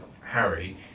Harry